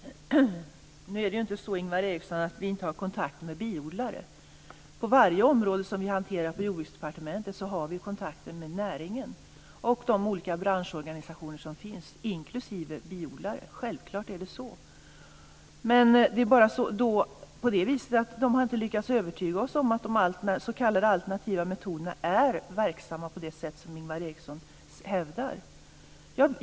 Herr talman! Nu är det inte så, Ingvar Eriksson, att vi inte har kontakt med biodlare. På varje område som vi hanterar på Jordbruksdepartementet har vi kontakter med näringen och de olika branschorganisationer som finns, inklusive biodlare. Självklart är det så. Men de har inte lyckats övertyga oss om att de s.k. alternativa metoderna är verksamma på det sätt som Ingvar Eriksson hävdar.